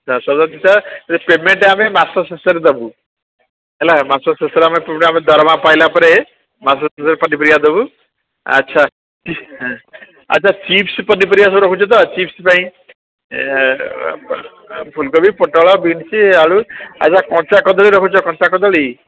ଯାହା ସଉଦା ଚିଠା ହେଲେ ପେମେଣ୍ଟ୍ ଆମେ ମାସ ଶେଷରେ ଦେବୁ ହେଲା ମାସ ଶେଷରେ ଆମେ ସବୁଠୁ ଦରମା ପାଇଲା ପରେ ମାସ ଶେଷରେ ପନିପରିବା ଦେବୁ ଆଚ୍ଛା ଆଚ୍ଛା ଚିପ୍ସ ପନିପରିବା ସବୁ ରଖୁଛ ତ ଚିପ୍ସ ପାଇଁ ଫୁଲକୋବି ପୋଟଳ ବିନିସ୍ ଆଳୁ ଆଚ୍ଛା କଞ୍ଚା କଦଳୀ ରଖୁଛ କଞ୍ଚା କଦଳୀ